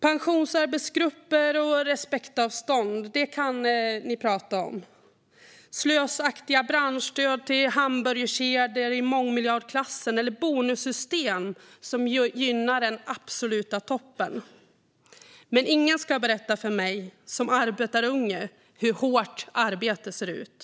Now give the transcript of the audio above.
Pensionsarbetsgrupper och respektavstånd kan ni prata om, eller om slösaktiga branschstöd i mångmiljardklassen till hamburgerkedjor eller bonussystem som gynnar den absoluta toppen. Men ingen ska berätta för mig som arbetarunge hur hårt arbete ser ut.